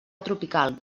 tropical